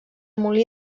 molí